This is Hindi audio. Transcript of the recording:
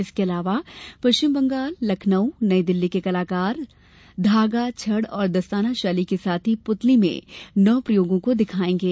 इसके अलावा पश्चिम बंगाल लखनऊ नई दिल्ली के कलाकार धागा छड़ और दस्ताना शैली के साथ ही पुतली में नौ प्रयोगों को दिखाएंगे